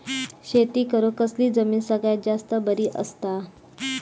शेती करुक कसली जमीन सगळ्यात जास्त बरी असता?